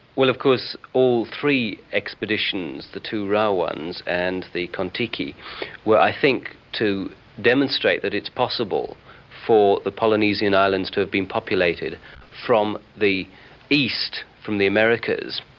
well, of course all three expeditions, the two ra ones and the kon-tiki were i think to demonstrate that it's possible for the polynesian islands to have been populated from the east, from the americas.